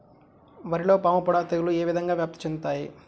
వరిలో పాముపొడ తెగులు ఏ విధంగా వ్యాప్తి చెందుతాయి?